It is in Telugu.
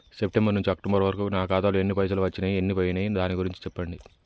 సెప్టెంబర్ నుంచి అక్టోబర్ వరకు నా ఖాతాలో ఎన్ని పైసలు వచ్చినయ్ ఎన్ని పోయినయ్ దాని గురించి చెప్పండి?